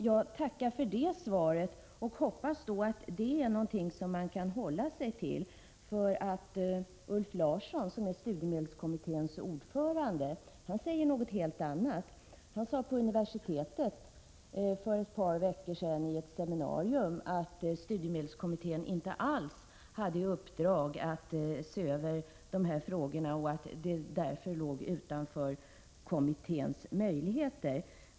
Jag tackar för det beskedet och hoppas att det är någonting man kan hålla sig till, för Ulf Larsson, som är studiemedelskommitténs ordförande, har sagt något helt annat. Han sade för ett par veckor sedan vid ett seminarium på universitetet att studiemedelskommittén inte alls hade i uppdrag att se över de här frågorna och att detta därför låg utanför kommitténs möjligheter.